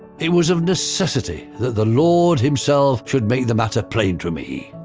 it was of necessity that the lord himself should make the matter plain to me.